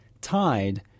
tied